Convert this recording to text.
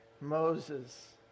moses